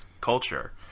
culture